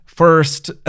First